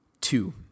Two